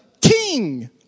king